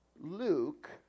luke